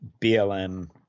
BLM